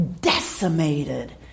decimated